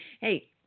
Hey